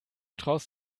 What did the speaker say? traust